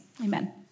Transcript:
Amen